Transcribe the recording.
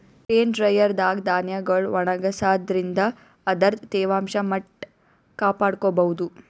grain dryer ದಾಗ್ ಧಾನ್ಯಗೊಳ್ ಒಣಗಸಾದ್ರಿನ್ದ ಅದರ್ದ್ ತೇವಾಂಶ ಮಟ್ಟ್ ಕಾಪಾಡ್ಕೊಭೌದು